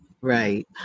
right